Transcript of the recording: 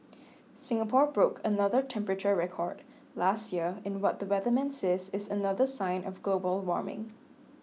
Singapore broke another temperature record last year in what the weatherman says is another sign of global warming